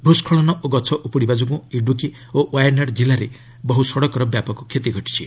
ଭୂସ୍କଳନ ଓ ଗଛ ଉପୁଡ଼ିବା ଯୋଗୁଁ ଇଡୁକି ଓ ୱାୟାନାର କିଲ୍ଲାରେ ବହୁ ସଡ଼କର ବ୍ୟାପକ କ୍ଷତି ଘଟିଛି